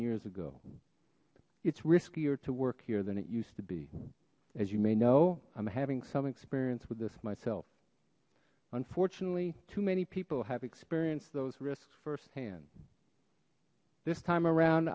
years ago it's riskier to work here than it used to be as you may know i'm having some experience with this myself unfortunately too many people have experienced those risks firsthand this time around